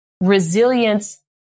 Resilience